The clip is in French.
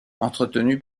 entretenue